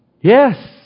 Yes